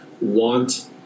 want